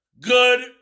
good